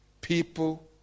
People